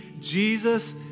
Jesus